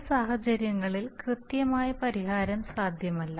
ചില സാഹചര്യങ്ങളിൽ കൃത്യമായ പരിഹാരം സാധ്യമല്ല